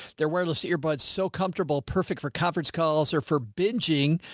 they're wireless earbuds, so comfortable. perfect for conference calls or for bingeing?